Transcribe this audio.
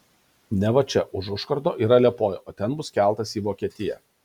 neva čia už užkardo yra liepoja o ten bus keltas į vokietiją